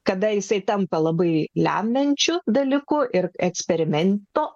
kada jisai tampa labai lemiančiu dalyku ir eksperimento